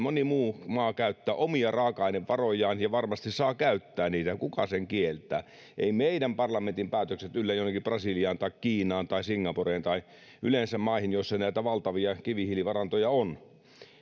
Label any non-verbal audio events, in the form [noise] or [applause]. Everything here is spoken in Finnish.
[unintelligible] moni muu maa käyttävät omia raaka ainevarojaan ja varmasti saavat käyttää niitä kuka sen kieltää eivät meidän parlamenttimme päätökset yllä jonnekin brasiliaan tai kiinaan tai singaporeen tai yleensä maihin joissa näitä valtavia kivihiilivarantoja on